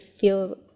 feel